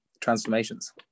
transformations